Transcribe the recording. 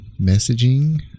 messaging